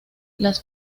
las